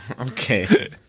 okay